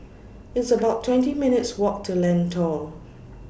It's about twenty minutes' Walk to Lentor